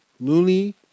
Looney